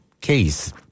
case